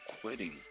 quitting